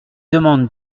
demande